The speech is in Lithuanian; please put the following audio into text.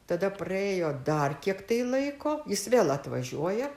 tada praėjo dar kiek tai laiko jis vėl atvažiuoja